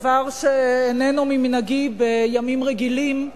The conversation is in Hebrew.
דבר שאיננו ממנהגי בימים רגילים,